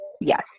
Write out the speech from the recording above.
Yes